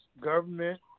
government